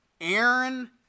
Aaron